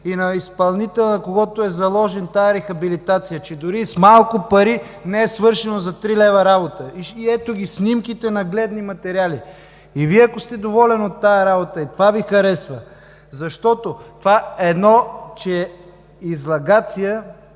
и на изпълнителя, на когото е възложена тази рехабилитация, че дори с малко пари не е свършена за три лева работа. Ето ги снимките – нагледни материали. Ако Вие сте доволен от тази работа и това Ви харесва, защото, едно, че е излагация